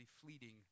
fleeting